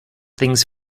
things